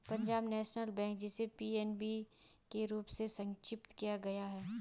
Punjab national bank, जिसे PNB के रूप में संक्षिप्त किया गया है